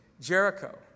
Jericho